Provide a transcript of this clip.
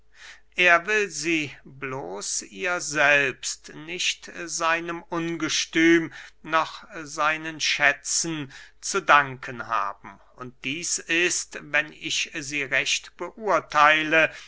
er will sie bloß ihr selbst nicht seinem ungestüm noch seinen schätzen zu danken haben und dieß ist wenn ich sie recht beurtheile